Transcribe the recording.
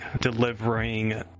delivering